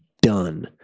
done